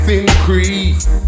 increase